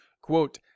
Quote